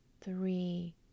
three